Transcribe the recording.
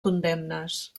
condemnes